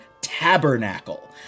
Tabernacle